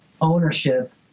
ownership